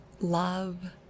love